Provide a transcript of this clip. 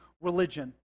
religion